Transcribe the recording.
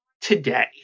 today